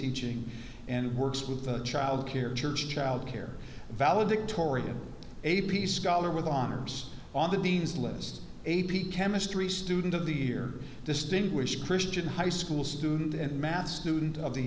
teaching and works with child care church child care valedictorian a peace scholar with honors on the dean's list a p chemistry student of the year distinguished christian high school student and math student of the